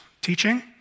teaching